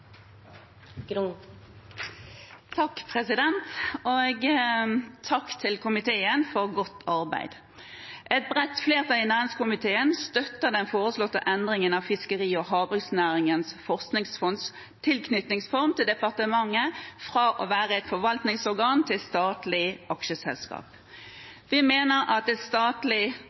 Det anses vedtatt. Takk til komiteen for godt arbeid! Et bredt flertall i næringskomiteen støtter den foreslåtte endringen av Fiskeri- og havbruksnæringens forskningsfonds tilknytningsform til departementet fra forvaltningsorgan til statlig aksjeselskap. Vi mener at et statlig